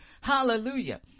Hallelujah